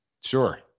Sure